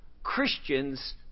Christians